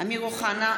אמיר אוחנה,